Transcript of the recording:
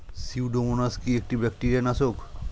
Pseudomonas কি একটা bacteria নাশক?